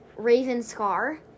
Ravenscar